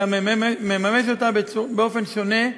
אלא מממש אותו באופן שונה,